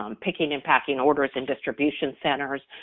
um picking and packing orders in distribution centers,